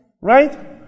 Right